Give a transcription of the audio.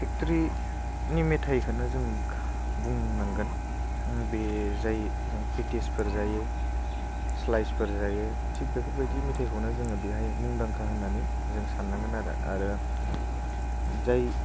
फेक्ट'रिनि मेथाइखौनो जोङो बुंनांगोन बे जायजों पेटिसफोर जायो स्लाइसफोर जायो थिक बेफोरबायदि मेथाइखौनो जोङो बेहाय मुंदांखा होननानै जों साननांगोन आरो जाय